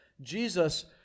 Jesus